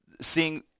seeing